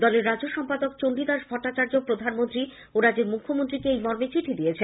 দলের রাজ্য সম্পাদক চণ্ডীদাস ভট্টাচার্য গতকাল প্রধানমন্ত্রী ও রাজ্যের মুখ্যমন্ত্রীকে এই মর্মে চিঠি দিয়েছেন